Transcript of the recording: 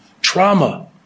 trauma